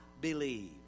believe